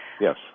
Yes